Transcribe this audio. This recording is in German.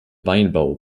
weinbau